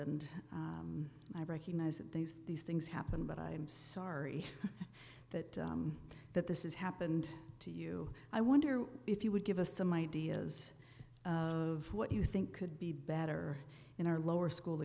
and i recognize that these these things happen but i'm sorry that that this is happened to you i wonder if you would give us some ideas of what you think could be better in our lower school